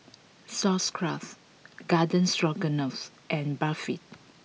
Sauerkraut Garden Stroganoff and Barfi